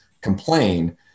complain